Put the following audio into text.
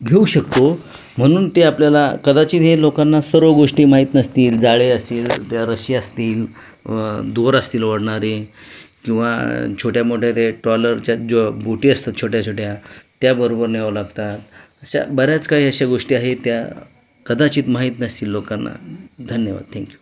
घेऊ शकतो म्हणून ते आपल्याला कदाचित हे लोकांना सर्व गोष्टी माहीत नसतील जाळे असील त्या रश्शी असतील दोर असतील ओढणारे किंवा छोट्यामोठ्या ते ट्रॉलरच्या ज्या बुटी असतात छोट्या छोट्या त्याबरोबर न्यावं लागतात अशा बऱ्याच काय अशा गोष्टी आहेत त्या कदाचित माहीत नसतील लोकांना धन्यवाद थँक्यू